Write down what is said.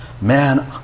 Man